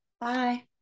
bye